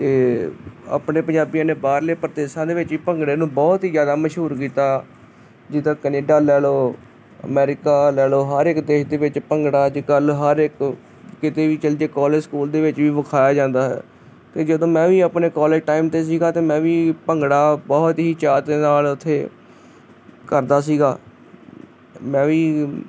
ਅਤੇ ਆਪਣੇ ਪੰਜਾਬੀਆਂ ਨੇ ਬਾਹਰਲੇ ਪਰਦੇਸ਼ਾਂ ਦੇ ਵਿੱਚ ਵੀ ਭੰਗੜੇ ਨੂੰ ਬਹੁਤ ਹੀ ਜ਼ਿਆਦਾ ਮਸ਼ਹੂਰ ਕੀਤਾ ਜਿੱਦਾਂ ਕੈਨੇਡਾ ਲੈ ਲਓ ਅਮੈਰੀਕਾ ਲੈ ਲਓ ਹਰ ਇੱਕ ਦੇਸ਼ ਦੇ ਵਿੱਚ ਭੰਗੜਾ ਅੱਜ ਕੱਲ੍ਹ ਹਰ ਇੱਕ ਕਿਤੇ ਵੀ ਚਲ ਜਾਵੇ ਕਾਲਜ ਸਕੂਲ ਦੇ ਵਿੱਚ ਵੀ ਵਿਖਾਇਆ ਜਾਂਦਾ ਹੈ ਅਤੇ ਜਦੋਂ ਮੈਂ ਵੀ ਆਪਣੇ ਕਾਲਜ ਟਾਈਮ 'ਤੇ ਸੀਗਾ ਅਤੇ ਮੈਂ ਵੀ ਭੰਗੜਾ ਬਹੁਤ ਹੀ ਚਾਹਤ ਦੇ ਨਾਲ ਉੱਥੇ ਕਰਦਾ ਸੀਗਾ ਮੈਂ ਵੀ